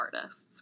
artists